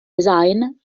design